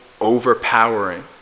overpowering